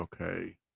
okay